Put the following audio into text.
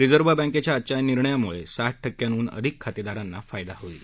reserve बँकेच्या जच्या निर्णयामुळे साठ टक्क्यांहून अधिक खातेदारांना फायदा होईल